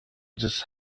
des